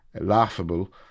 laughable